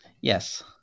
yes